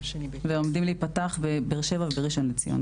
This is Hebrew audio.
ועומדים להיפתח בבאר שבע ובראשון לציון.